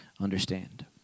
understand